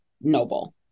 noble